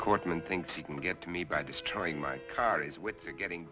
courtman thinks he can get to me by destroying my car his wit to getting